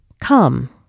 come